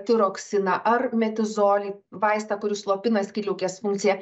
tiroksiną ar metizolį vaistą kuris slopina skydliaukės funkciją